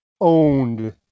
owned